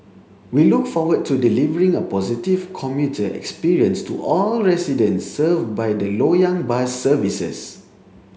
we look forward to delivering a positive commuter experience to all residents served by the Loyang bus services